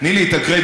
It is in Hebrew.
תני לי את הקרדיט.